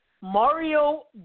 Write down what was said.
Mario